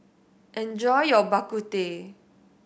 enjoy your Bak Kut Teh